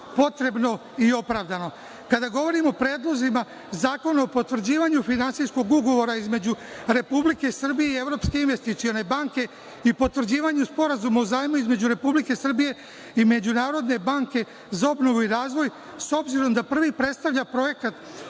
potrebno i opravdano. Kada govorimo o predlozima zakona o potvrđivanju finansijskog Ugovora između Republike Srbije i Evropske Investicione banke i Potvrđivanju sporazuma o zajmu između Republike Srbije i Međunarodne banke za obnovu i razvoj, s obzirom da prvi predstavlja projekat